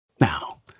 Now